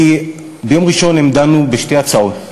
ביום ראשון הם דנו בשתי הצעות: